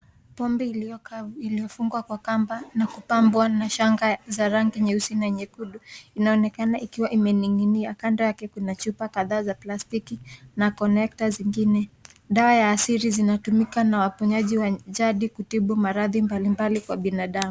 Kafu iliyofungwa Kwa Kamba na kupambwa na shanga nyeusi na nyekundu . Inaonekana ikiwa imeninginia Kando yake kuna chupa kadhaa za plastiki na connectors zingine. Dawa ya asili linatumika na waponyaji wa jadi kutibu maradhi mbalimbali Kwa wanadamu.